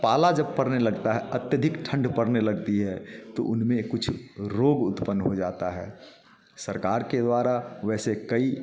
पाला जब पड़ने लगता है अत्यधिक ठंड पड़ने लगती है तो उनमें कुछ रोग उत्पन्न हो जाता है सरकार के द्वारा वैसे कई